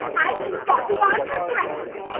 i eat bakugan for breakfast!